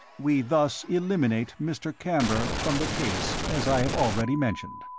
we thus eliminate mr. camber from the case, as i have already mentioned.